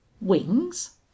Wings